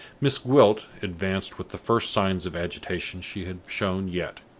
miss gwilt advanced with the first signs of agitation she had shown yet.